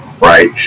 right